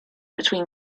between